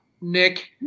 Nick